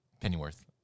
Pennyworth